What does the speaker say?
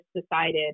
decided